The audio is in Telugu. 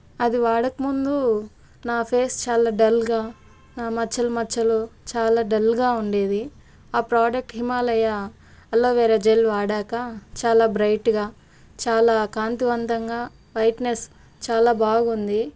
అది వాడక ముందు నా ఫేస్ చాలా డల్గా మచ్చలు మచ్చలు చాలా డల్గా ఉండేది ఆ ప్రోడక్ట్ హిమాలయా అలోవెరా జెల్ వాడాక చాలా బ్రైట్గా చాలా కాంతివంతంగా వైట్నెస్ చాలా బాగుంది